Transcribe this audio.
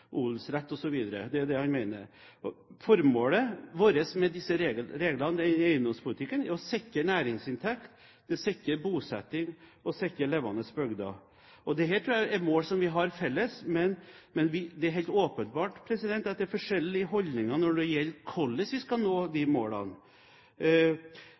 Det er det han mener. Formålet med disse reglene når det gjelder eiendomspolitikken, er å sikre næringsinntekt, å sikre bosetting og å sikre levende bygder. Dette tror jeg er mål vi har felles, men det er helt åpenbart at det er forskjellige holdninger når det gjelder hvordan vi skal nå disse målene. I stor grad snakker interpellanten om at han vil erstatte de